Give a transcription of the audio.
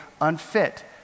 unfit